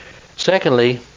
Secondly